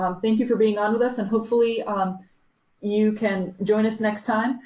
um thank you for being on with us and hopefully you can join us next time.